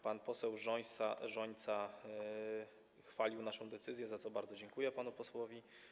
Pan poseł Rzońca chwalił naszą decyzję, za co bardzo dziękuję panu posłowi.